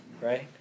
right